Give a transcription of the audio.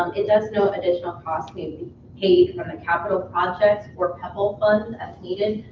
um it does note additional cost may be paid from the capital project or couple fund as needed.